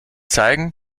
zeigen